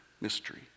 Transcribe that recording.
mystery